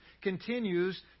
continues